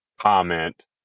comment